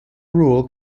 rule